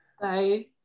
Bye